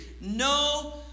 no